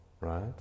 right